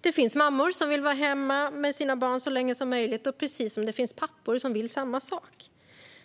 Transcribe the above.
Det finns mammor som vill vara hemma med sina barn så länge som möjligt, precis som det finns pappor som vill samma sak.